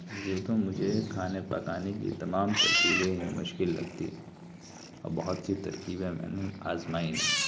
یوں تو مجھے کھانے پکانے کی تمام ترکیبیں مشکل لگتی ہیں اور بہت سی ترکیبیں میں نے آزمائی نہیں